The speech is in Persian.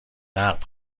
نقد